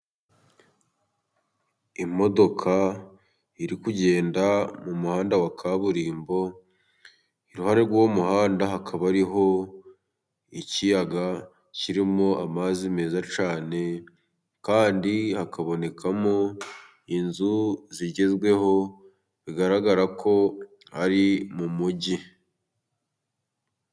Imodoka iri kugenda mu muhanda wa kaburimbo, iruhande rw'uwo muhanda hakaba hariho ikiyaga kirimo amazi meza cyane, kandi hakabonekamo inzu zigezweho bigaragarako ari mu mujyi.